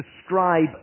describe